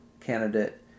candidate